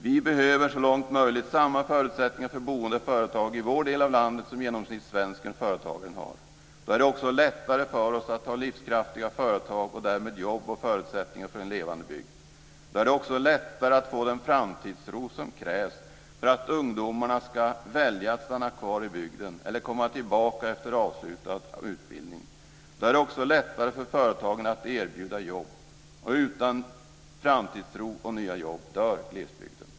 Vi behöver så långt som möjligt samma förutsättningar för boende och företagande i vår del av landet som genomsnittssvensken har. Då blir det också lättare för oss att få livskraftiga företag och därmed jobb och förutsättningar för en levande bygd. Då blir det också lättare att få den framtidstro som krävs för att ungdomarna ska välja att stanna kvar i bygden eller komma tillbaka efter avslutad utbildning. Då blir det också lättare för företagen att erbjuda jobb. Utan framtidstro och nya jobb dör glesbygden.